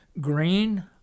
green